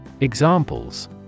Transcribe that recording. Examples